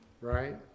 right